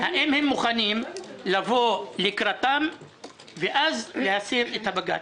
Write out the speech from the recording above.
האם הם מוכנים לבוא לקראתם ואז להסיר את העתירה לבג"ץ.